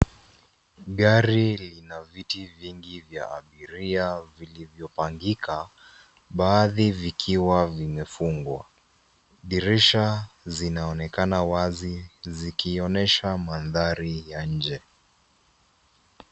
Gari lina viti vingi vya abiria vilivyopangika baadhi vikiwa vimefungwa. Dirisha zinaonekana wazi zikionyesha mandhari ya nje.